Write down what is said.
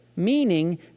meaning